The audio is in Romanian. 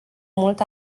mult